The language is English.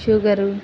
sugar